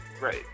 right